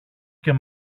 και